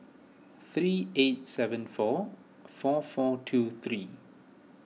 three eight seven four four four two three